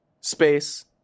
space